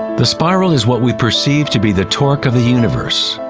the spiral is what we perceive to be the torque of the universe.